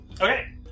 Okay